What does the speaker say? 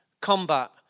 combat